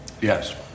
Yes